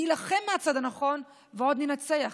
נילחם מהצד הנכון ועוד ננצח,